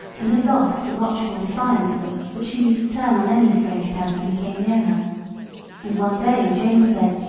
and had lost the watchful, defiant look that she used to turn on any strange person who came near her and one day james said,